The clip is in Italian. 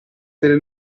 delle